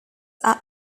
are